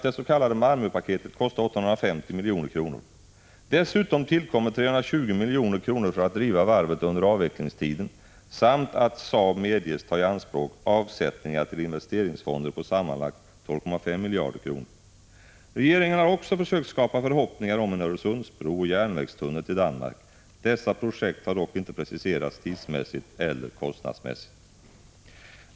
Det s.k. Malmöpaketet beräknas kosta totalt 850 milj.kr. Dessutom tillkommer 320 milj.kr. för att driva varvet under avvecklingstiden samt att Saab medges ta i anspråk avsättningar till investeringsfonder på sammanlagt 12,5 miljarder kronor. Regeringen har också försökt skapa förhoppningar om en Öresundsbro och en järnvägstunnel till Danmark. Dessa projekt har dock inte preciserats tidsmässigt eller kostnadsmässigt.